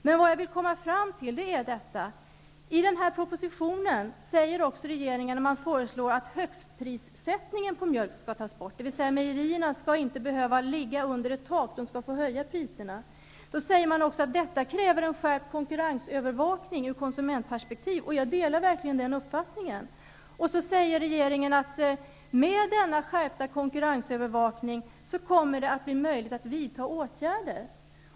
Men vad jag vill komma fram till är detta: I priset skall inte behöva ligga under ett tak, utan mejerierna skall få höja priserna. Man säger då också att detta kräver en skärpt konkurrensövervakning ur konsumentperspektiv, och jag delar verkligen den uppfattningen. Så säger regeringen att med denna skärpta konkurrensövervakning kommer det att bli möjligt att vidta åtgärder.